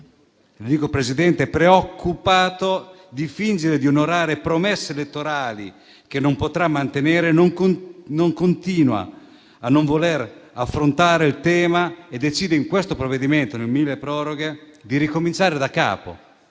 Governo cosa fa? Preoccupato di fingere di onorare promesse elettorali che non potrà mantenere, continua a non voler affrontare il tema e decide, in questo provvedimento milleproroghe, di ricominciare da capo